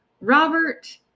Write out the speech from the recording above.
Robert